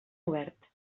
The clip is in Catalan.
obert